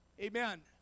Amen